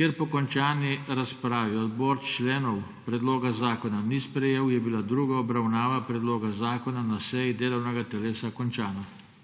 Ker po končani razpravi odbor členov predloga zakona ni sprejel, je bila druga obravnava predloga zakona na seji delovnega telesa končana.